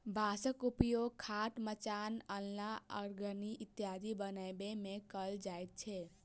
बाँसक उपयोग खाट, मचान, अलना, अरगनी इत्यादि बनबै मे कयल जाइत छै